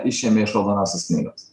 išėmė iš raudonosios knygos